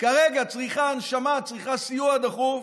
כרגע צריכה הנשמה, צריכה סיוע דחוף,